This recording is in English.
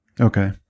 Okay